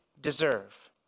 deserve